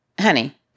Honey